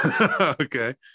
okay